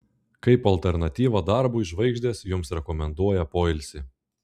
kaip alternatyvą darbui žvaigždės jums rekomenduoja poilsį